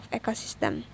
ecosystem